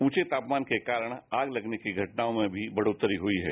ऊँचे ताफ्यान के कारण आग लगने की घटनाओं में भी बढ़ोत्तरी हो गयी है